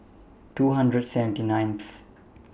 two hundred seventy ninth